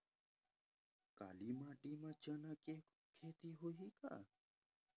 काली माटी म चना के खेती होही का?